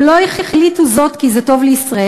הם לא החליטו זאת כי זה טוב לישראל,